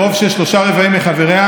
ברוב של שלושה רבעים מחבריה,